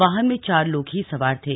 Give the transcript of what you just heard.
वाहन में चार लोग ही सवार थे